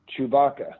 Chewbacca